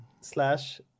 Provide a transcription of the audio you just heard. slash